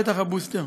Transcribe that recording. שטח הבוסטר.